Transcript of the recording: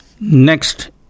Next